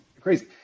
crazy